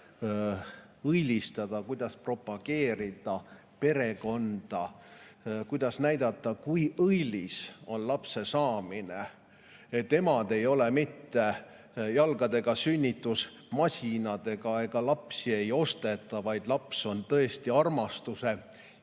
õilistada, kuidas propageerida perekonda, kuidas näidata, kui õilis on lapse saamine? Emad ei ole mitte jalgadega sünnitusmasinad. Lapsi ei osteta, vaid laps on tõesti armastuse